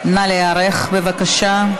נא להיערך, בבקשה.